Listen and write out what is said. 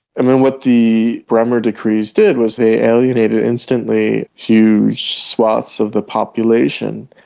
and and what the bremer decrees did was they alienated instantly huge swathes of the population.